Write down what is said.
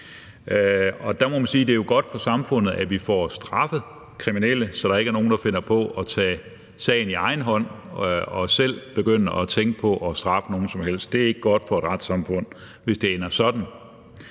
jo er godt for samfundet, at vi får straffet kriminelle, så der ikke er nogen, der finder på at tage sagen i egen hånd og selv begynder at tænke på at straffe nogen som helst. Det er ikke godt for et retssamfund, hvis det ender sådan.